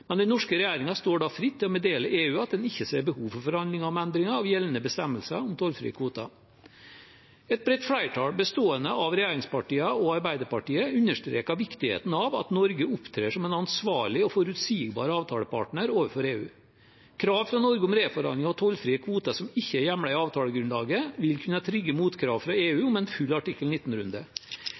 men den norske regjeringen står da fritt til å meddele EU at en ikke ser behov for forhandling om endringer av gjeldende bestemmelser om tollfrie kvoter. Et bredt flertall, bestående av regjeringspartiene og Arbeiderpartiet, understreker viktigheten av at Norge opptrer som en ansvarlig og forutsigbar avtalepartner overfor EU. Krav fra Norge om reforhandling av tollfrie kvoter som ikke er hjemlet i avtalegrunnlaget, vil kunne trigge motkrav fra EU om en full artikkel